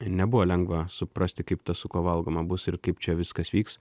nebuvo lengva suprasti kaip tą su kuo valgoma bus ir kaip čia viskas vyks